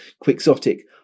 quixotic